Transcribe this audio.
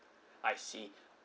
I see